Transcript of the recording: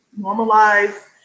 normalize